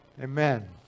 Amen